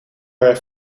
haar